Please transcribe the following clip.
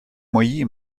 мої